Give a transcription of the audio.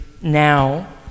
now